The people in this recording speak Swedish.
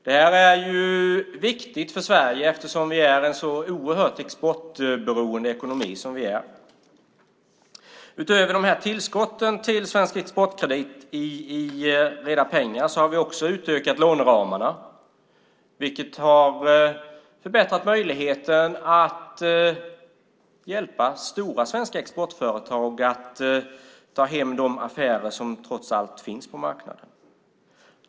Det är viktigt för Sverige som är en så oerhört exportberoende ekonomi. Utöver tillskotten till Svensk Exportkredit i rena pengar har vi utökat låneramarna, vilket har förbättrat möjligheten att hjälpa stora svenska exportföretag att ta hem de affärer som trots allt finns på marknaden.